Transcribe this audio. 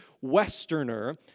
Westerner